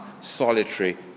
solitary